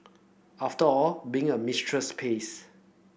after all being a mistress pays